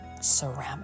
ceramic